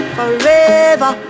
Forever